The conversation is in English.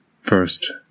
First